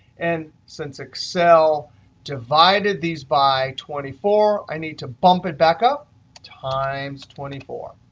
and since excel divided these by twenty four, i need to bump it back up times twenty four.